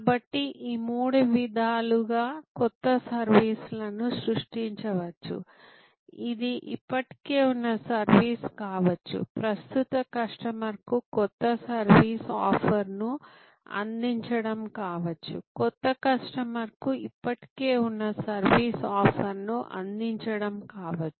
కాబట్టి ఈ మూడు విధాలుగా కొత్త సర్వీస్ లను సృష్టించవచ్చు ఇది ఇప్పటికే ఉన్న సర్వీస్ కావచ్చు ప్రస్తుత కస్టమర్కు కొత్త సర్వీస్ ఆఫర్ను అందించడం కావచ్చు కొత్త కస్టమర్కు ఇప్పటికే ఉన్న సర్వీస్ ఆఫర్ ను అందించడం కావచ్చు